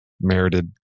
merited